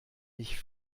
ich